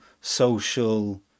social